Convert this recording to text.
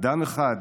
אדם אחד